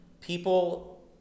people